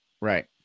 Right